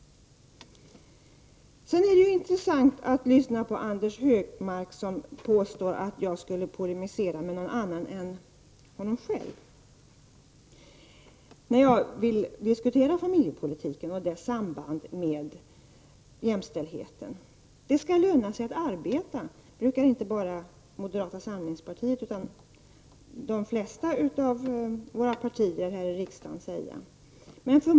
Anders Högmarks påstående att jag skulle polemisera med någon annan än honom själv var intressant. Jag diskuterar familjepolitiken och dess samband med jämställdheten. Att det skall löna sig att arbeta tycker inte bara moderata samlingspartiet utan också de flesta andra partier här i riksdagen.